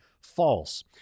false